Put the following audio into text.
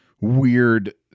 weird